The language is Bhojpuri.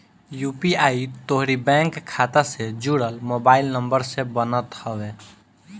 यू.पी.आई तोहरी बैंक खाता से जुड़ल मोबाइल नंबर से बनत हवे